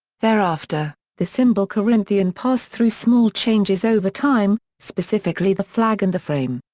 thereafter, the symbol corinthian passed through small changes over time, specifically the flag and the frame.